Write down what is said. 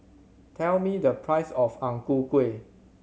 tell me the price of Ang Ku Kueh